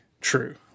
true